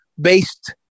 based